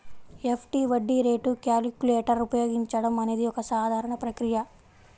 FD వడ్డీ rate calculator ఉపయోగించడం అనేది ఒక సాధారణ ప్రక్రియ